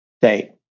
date